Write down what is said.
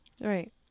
right